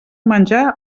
menjar